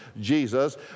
Jesus